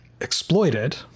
exploited